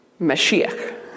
Mashiach